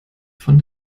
von